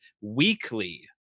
weekly